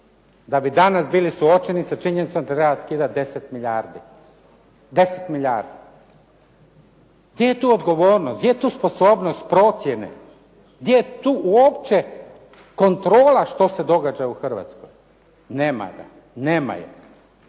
Da bi danas bili suočeni sa činjenicom da treba skidati 10 milijardi, 10 milijardi. Gdje je tu odgovornost, gdje je tu sposobnost procjene, gdje je tu opće kontrola što se događa u Hrvatskoj? Nema je, radimo